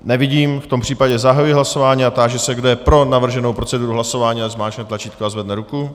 Nevidím, v tom případě zahajuji hlasování a táži se, kdo je pro navrženou proceduru hlasování, ať zmáčkne tlačítko a zvedne ruku.